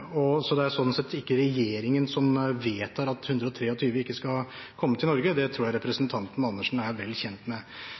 regjeringen. Så det er sånn sett ikke regjeringen som vedtar at 123 ikke skal komme til Norge, det tror jeg